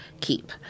keep